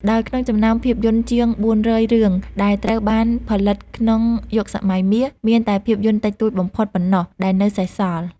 ដោយក្នុងចំណោមភាពយន្តជាង ៤០០ រឿងដែលត្រូវបានផលិតក្នុង យុគសម័យមាស មានតែភាពយន្តតិចតួចបំផុតប៉ុណ្ណោះដែលនៅសេសសល់។